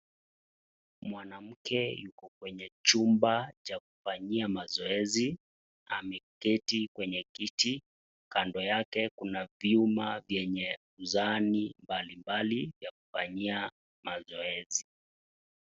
Mwanamke yuko kwenye chumba cha kufanyia mazoezi, ameketi kwenye kiti. Kando yake kuna vyuma vyenye sahani mbalimbali ya kufanyia mazoezi.